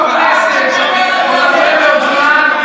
שירד מהכיסא ויקרא קריאות ביניים.